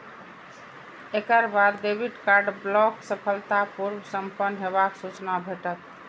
एकर बाद debit card block सफलतापूर्व संपन्न हेबाक सूचना भेटत